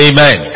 Amen